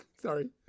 Sorry